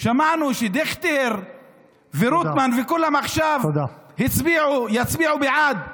שמענו שדיכטר ורוטמן וכולם עכשיו יצביעו בעד.